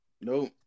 Nope